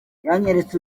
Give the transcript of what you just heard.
yanyeretse